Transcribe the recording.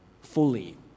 fully